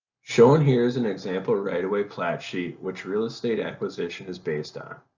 shown here is an example right of way plat sheet which real estate acquisition is based on.